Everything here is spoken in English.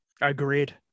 Agreed